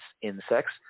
insects